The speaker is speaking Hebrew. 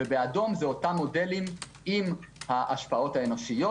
באדום זה המודלים עם ההשפעות האנושיות.